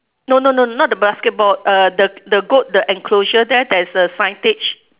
no no no no not the basketball uh the the goat the enclosure there there's a signage